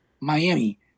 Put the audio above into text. Miami